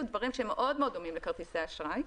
דברים מאוד דומים לכרטיסי אשראי,